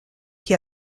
qui